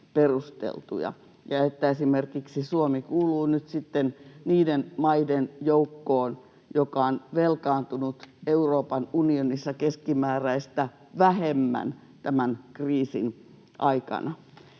esimerkiksi Suomi kuuluu nyt niiden maiden joukkoon, jotka ovat velkaantuneet Euroopan unionissa keskimääräistä vähemmän tämän kriisin aikana.